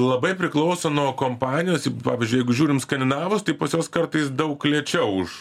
labai priklauso nuo kompanijos pavyzdžiui jeigu žiūrim skandinavus tai pas juos kartais daug lėčiau už